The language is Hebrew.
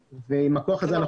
ועם הכוח הזה אנחנו